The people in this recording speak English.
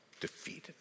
defeated